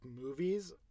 movies